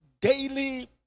daily